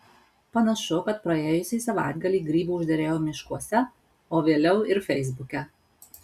panašu kad praėjusį savaitgalį grybų užderėjo miškuose o vėliau ir feisbuke